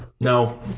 no